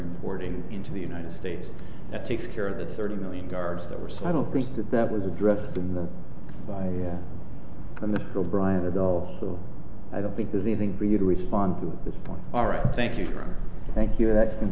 reporting into the united states that takes care of the thirty million guards that were so i don't think that that was addressed in the by the phil bryant adults so i don't think there's anything for you to respond to this point all right thank you thank you